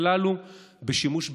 הכלל בשימוש בכוח,